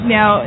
Now